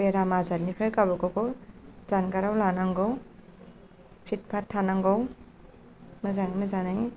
बेराम आजारनिफ्राय गावबागावखौ गोजानाव लाखिनांगौ फिट फाट थानांगौ मोजाङै मोजाङै